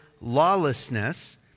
lawlessness